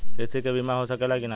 कृषि के बिमा हो सकला की ना?